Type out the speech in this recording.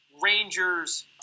Rangers